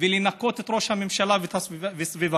לנקות את ראש הממשלה וסביבתו.